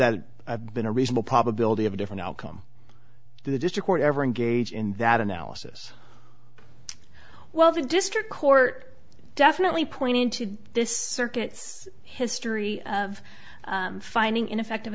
that have been a reasonable probability of a different outcome the district court ever engage in that analysis while the district court definitely pointing to this circuit's history of finding ineffective